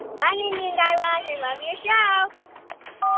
bye, mindy and guy raz. i love your yeah ah